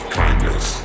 kindness